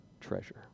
treasure